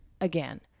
again